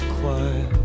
quiet